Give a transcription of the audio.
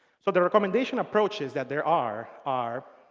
so the recommendation approach is that there are are